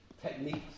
techniques